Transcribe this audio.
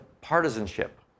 partisanship